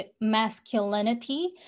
masculinity